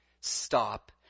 Stop